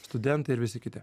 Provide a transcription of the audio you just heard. studentai ir visi kiti